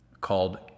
called